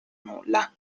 nulla